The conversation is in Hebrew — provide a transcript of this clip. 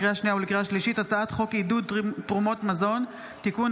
לקריאה שנייה ולקריאה שלישית: הצעת חוק עידוד תרומות מזון (תיקון),